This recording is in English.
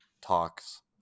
talks